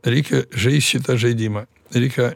reikia žaist šitą žaidimą reikia